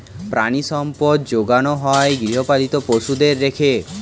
প্রাণিসম্পদ যোগানো হয় গৃহপালিত পশুদের রেখে